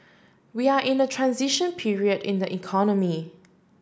we are in a transition period in the economy